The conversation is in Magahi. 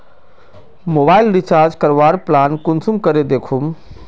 मोबाईल रिचार्ज करवार प्लान कुंसम करे दखुम?